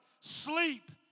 sleep